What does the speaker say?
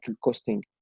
costing